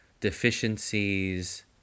deficiencies